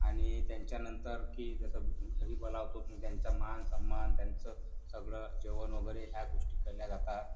आणि त्यांच्यानंतर की जसं घरी बोलावतो त्यांचा मानसन्मान त्यांचं सगळं जेवण वगैरे ह्या गोष्टी केल्या जातात